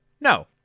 No